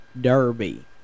Derby